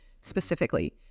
specifically